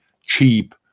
cheap